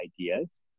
ideas